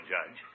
Judge